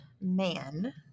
man